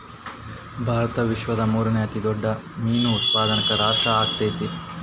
ಭಾರತ ವಿಶ್ವದ ಮೂರನೇ ಅತಿ ದೊಡ್ಡ ಮೇನು ಉತ್ಪಾದಕ ರಾಷ್ಟ್ರ ಆಗೈತ್ರಿ